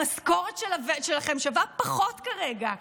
המשכורת שלכם שווה פחות כרגע.